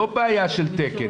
לא בעיה של תקן.